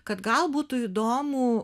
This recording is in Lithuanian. kad gal būtų įdomu